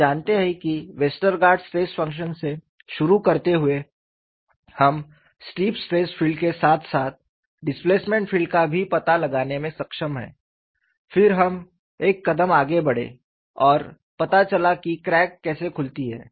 आप जानते हैं कि वेस्टरगार्ड स्ट्रेस फंक्शन से शुरू करते हुए हम स्ट्रिप स्ट्रेस फील्ड के साथ साथ डिस्प्लेसमेंट फील्ड का भी पता लगाने में सक्षम हैं फिर हम एक कदम आगे बढ़े और पता चला कि क्रैक कैसे खुलती है